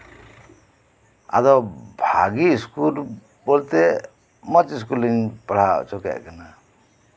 ᱟᱫᱚ ᱵᱷᱟᱜᱮ ᱥᱠᱩᱞ ᱵᱚᱞᱛᱮ ᱢᱚᱸᱡᱽ ᱥᱠᱩᱞ ᱞᱤᱧ ᱯᱟᱲᱦᱟᱣ ᱦᱚᱪᱚ ᱠᱮᱫ ᱠᱤᱱᱟ